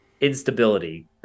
instability